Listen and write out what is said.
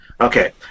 Okay